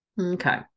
Okay